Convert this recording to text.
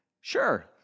Sure